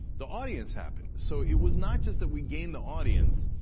the audience happened. so it was not just that we gained the audience.